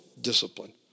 discipline